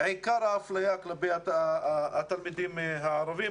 עיקר האפליה כלפי התלמידים הערבים.